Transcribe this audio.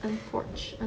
unforch unforch